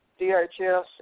DHS